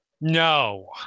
no